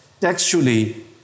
textually